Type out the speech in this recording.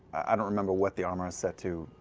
i don't remember what the armor is set to,